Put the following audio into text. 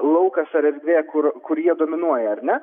laukas ar erdvė kur kur jie dominuoja ar ne